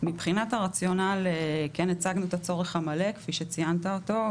מבחינת הרציונל כן הצגנו את הצורך המלא כפי שציינת אותו,